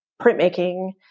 printmaking